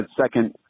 second